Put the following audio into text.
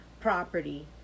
property